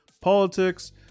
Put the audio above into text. politics